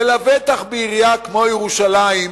ולבטח בעירייה כמו ירושלים,